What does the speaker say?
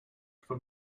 for